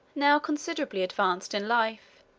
now considerably advanced in life.